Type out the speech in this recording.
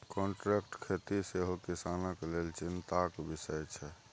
contract खेती सेहो किसानक लेल चिंताक बिषय छै